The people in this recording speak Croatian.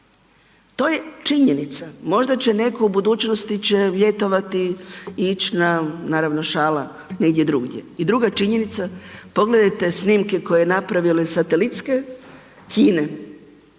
To je činjenica. Možda će netko u budućnosti će ljetovati i ići na, naravno, šala, negdje drugdje. I druga činjenica, pogledajte snimke koje je napravile i satelitske, Kine,